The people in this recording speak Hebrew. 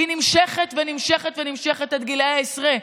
היא נמשכת ונמשכת ונמשכת עד גילי העשרה.